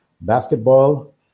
basketball